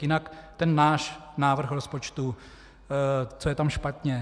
Jinak náš návrh rozpočtu co je tam špatně?